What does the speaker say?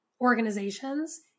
organizations